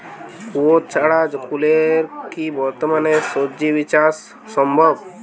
কুয়োর ছাড়া কলের কি বর্তমানে শ্বজিচাষ সম্ভব?